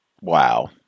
wow